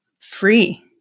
free